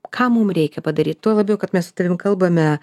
ką mum reikia padaryt tuo labiau kad mes su tavim kalbame